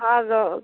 ହାର